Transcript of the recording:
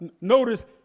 Notice